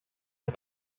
the